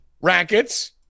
rackets